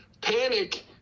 panic